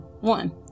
One